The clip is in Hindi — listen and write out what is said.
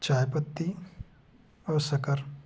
चाय पत्ती और शक्कर